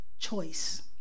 choice